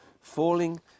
falling